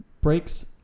Breaks